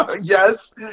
Yes